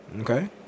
okay